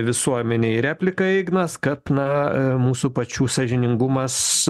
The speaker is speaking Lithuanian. visuomenei repliką ignas kad na a mūsų pačių sąžiningumas